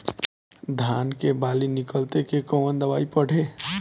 धान के बाली निकलते के कवन दवाई पढ़े?